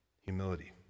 Humility